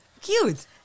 Cute